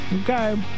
Okay